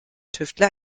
tüftler